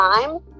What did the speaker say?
time